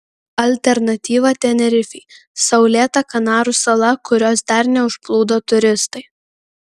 alternatyva tenerifei saulėta kanarų sala kurios dar neužplūdo turistai